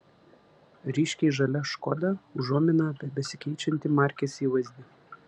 ryškiai žalia škoda užuomina apie besikeičiantį markės įvaizdį